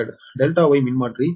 Δ Y மின்மாற்றி 6